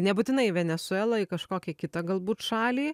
nebūtinai venesueloj į kažkokią kitą galbūt šalį